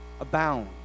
abound